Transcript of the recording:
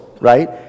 right